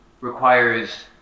Requires